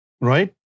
right